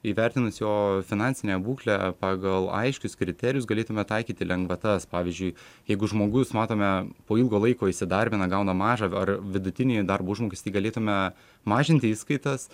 įvertinus jo finansinę būklę pagal aiškius kriterijus galėtume taikyti lengvatas pavyzdžiui jeigu žmogus matome po ilgo laiko įsidarbina gauna mažą ar vidutinį darbo užmokestį galėtume mažinti išskaitas